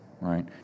right